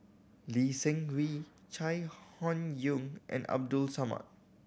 Lee Seng Wee Chai Hon Yoong and Abdul Samad